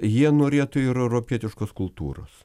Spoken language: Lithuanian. jie norėtų ir europietiškos kultūros